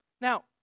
Now